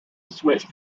switched